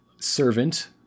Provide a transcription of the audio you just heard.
servant